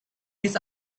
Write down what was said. this